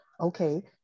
okay